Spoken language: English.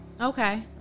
Okay